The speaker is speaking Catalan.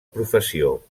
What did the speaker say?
professió